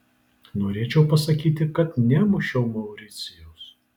norėčiau pasakyti kad nemušiau mauricijaus